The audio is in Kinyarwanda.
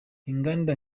inganda